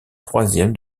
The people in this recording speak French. troisième